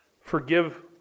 forgive